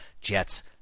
Jets